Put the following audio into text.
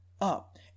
up